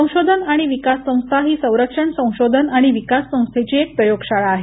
संशोधन आणि विकास संस्था ही संरक्षण संशोधन आणि विकास संस्थेची एक प्रयोगशाळा आहे